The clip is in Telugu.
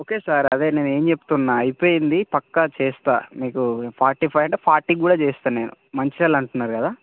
ఓకే సార్ అదే నేను ఏం చెప్తున్నా అయిపోయింది పక్క చేస్తా మీకు ఫార్టీ ఫైవ్ అంటే ఫార్టీ కూడా చేస్తా నేను మంచిర్యాల్ అంటున్నారు కదా